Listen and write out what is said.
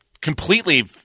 completely